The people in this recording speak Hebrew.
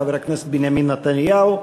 חבר הכנסת בנימין נתניהו.